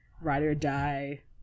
ride-or-die